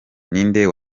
ninde